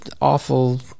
awful